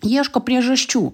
ieško priežasčių